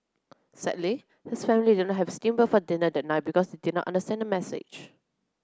sadly his family didn't have steam boat for dinner that night because they did not understand the message